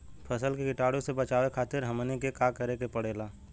फसल के कीटाणु से बचावे खातिर हमनी के का करे के पड़ेला?